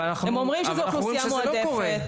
אבל אנחנו רואים שזה לא קורה.